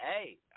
Hey